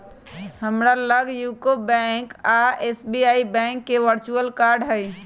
हमरा लग UCO bank आऽ एस.बी.आई बैंक के वर्चुअल कार्ड हइ